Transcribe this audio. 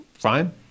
fine